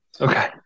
okay